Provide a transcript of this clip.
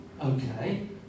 Okay